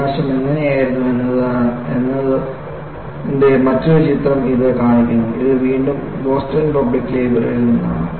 വിനാശം എങ്ങനെയായിരുന്നു എന്നതിന്റെ മറ്റൊരു ചിത്രം ഇത് കാണിക്കുന്നു ഇത് വീണ്ടും ബോസ്റ്റൺ പബ്ലിക് ലൈബ്രറിയിൽ നിന്നാണ്